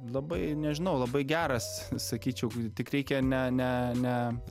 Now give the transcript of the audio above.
labai nežinau labai geras sakyčiau tik reikia ne ne ne